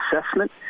assessment